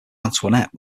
antoinette